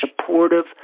supportive